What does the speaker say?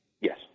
Yes